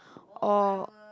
or